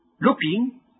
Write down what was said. Looking